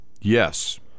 Yes